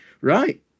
right